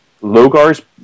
Logar's